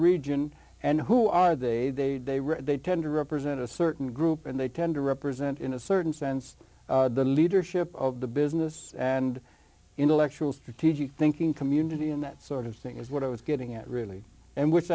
region and who are they they they read they tend to represent a certain group and they tend to represent in a certain sense the leadership of the business and intellectual strategic thinking community and that sort of thing is what i was getting at really and which